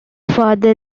father